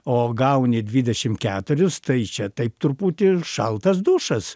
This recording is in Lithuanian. o gauni dvidešim keturius tai čia taip truputį šaltas dušas